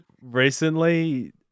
recently